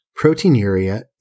proteinuria